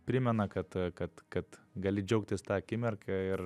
primena kad kad kad gali džiaugtis ta akimirka ir